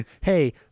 Hey